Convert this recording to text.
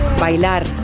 Bailar